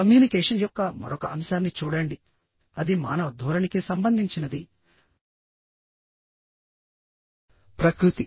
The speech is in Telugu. కమ్యూనికేషన్ యొక్క మరొక అంశాన్ని చూడండి అది మానవ ధోరణికి సంబంధించినది ప్రకృతి